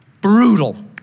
Brutal